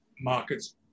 markets